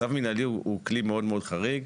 צו מנהלי הוא כלי מאוד חריג,